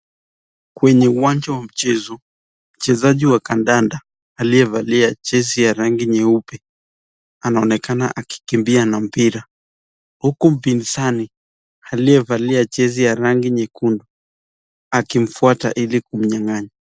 Kwenye uwanja wa mchezo, mchezaji wa kandanda aliyevalia jezi ya rangi nyeupe anaonekana akikimbia na mpira huku mpinzani aliyevalia jezi ya rangi nyekundu akimfuata ili kumnyang'anya.